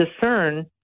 discern